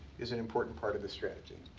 is an important part of the strategy.